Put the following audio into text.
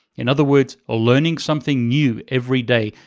in other words, ah learning something new every day,